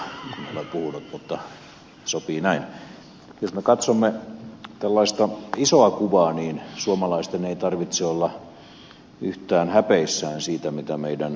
jos me katsomme tällaista isoa kuvaa niin suomalaisten ei tarvitse olla yhtään häpeissään siitä mitä meidän terveydenhuoltomme maksaa